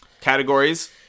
categories